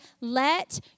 let